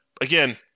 again